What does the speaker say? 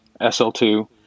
SL2